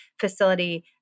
facility